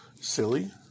silly